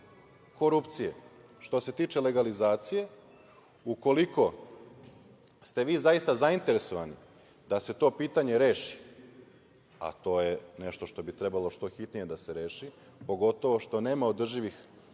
korupcije. Što se tiče legalizacije, ukoliko ste vi zaista zainteresovani da se to pitanje reši, a to je nešto što bi trebalo što hitnije da se reši, pogotovo što nema održivih